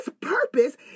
purpose